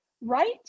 right